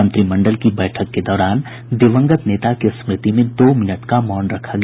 मंत्रिमंडल की बैठक के दौरान दिवंगत नेता की स्मृति में दो मिनट का मौन रखा गया